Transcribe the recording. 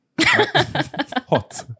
Hot